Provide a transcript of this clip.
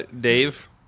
Dave